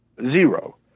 Zero